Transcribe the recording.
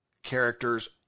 characters